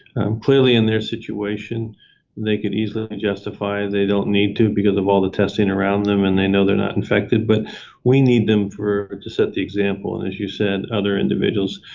clearly, in their situation and they could easily justify they don't need to because of all the testing around them and they know they're not infected, but we need them for to set the example and, as you said, other individuals.